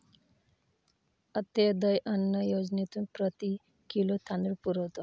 अंत्योदय अन्न योजनेतून प्रति किलो तांदूळ पुरवतो